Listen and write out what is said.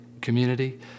community